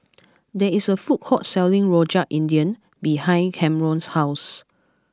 there is a food court selling Rojak India behind Camron's house